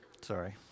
Sorry